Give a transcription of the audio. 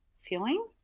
feeling